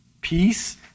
peace